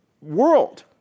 world